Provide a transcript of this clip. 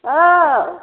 औ